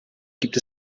gibt